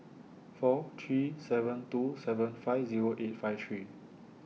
four three seven two seven five Zero eight five three